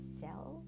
sell